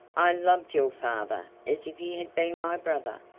i loved your father as if he had been my brother.